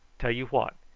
tell you what,